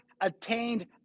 attained